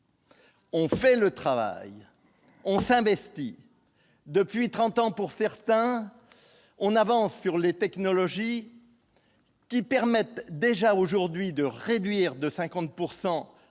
On fait le travail, on s'investit depuis 30 ans, pour certains, on avance sur les technologies qui permettent déjà aujourd'hui de réduire de 50 pourcent